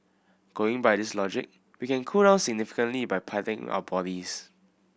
going by this logic we can cool down significantly by patting our bodies